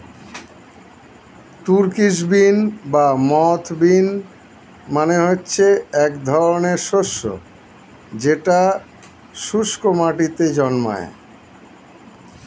Turkish bean বা moth bean মানে হচ্ছে এক ধরনের শস্য যেটা শুস্ক মাটিতে জন্মায়